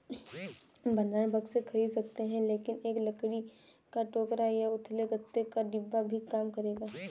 भंडारण बक्से खरीद सकते हैं लेकिन एक लकड़ी का टोकरा या उथले गत्ते का डिब्बा भी काम करेगा